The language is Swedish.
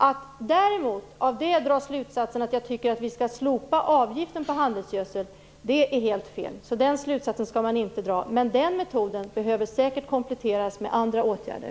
Att däremot av detta dra slutsatsen att jag tycker att vi skall slopa avgiften på handelsgödsel är helt fel. Den slutsatsen skall man inte dra. Men den metoden behöver säkert kompletteras med andra åtgärder.